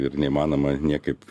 ir neįmanoma niekaip